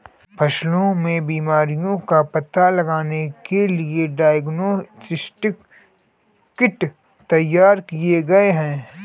फसलों में बीमारियों का पता लगाने के लिए डायग्नोस्टिक किट तैयार किए गए हैं